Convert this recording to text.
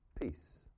peace